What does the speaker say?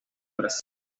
brasil